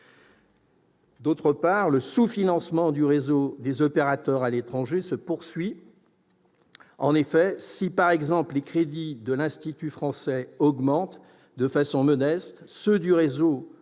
ailleurs, le sous-financement du réseau des opérateurs à l'étranger se poursuit. En effet, si les crédits de l'Institut français augmentent de façon modeste, ceux du réseau continuent